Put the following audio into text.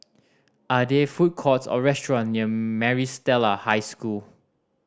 are there food courts or restaurant near Maris Stella High School